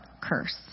curse